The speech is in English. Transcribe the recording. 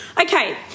Okay